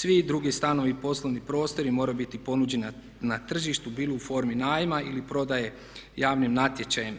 Svi drugi stanovi i poslovni prostori moraju biti ponuđeni na tržištu bilo u formi najma ili prodaje javnim natječajem."